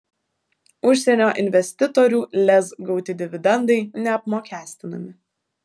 užsienio investitorių lez gauti dividendai neapmokestinami